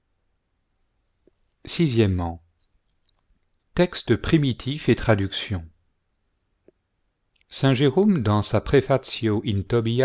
texte primitif et traductions saint jérôme dans sa